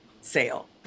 sale